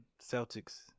Celtics